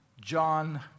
John